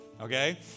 okay